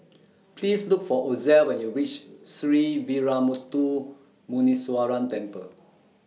Please Look For Ozell when YOU REACH Sree Veeramuthu Muneeswaran Temple